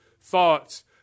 thoughts